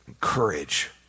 courage